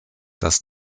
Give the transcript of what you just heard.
das